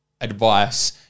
advice